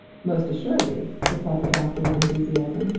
most assuredly! replied the doctor, with enthusiasm.